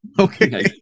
Okay